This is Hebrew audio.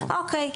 אוקיי.